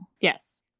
Yes